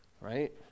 right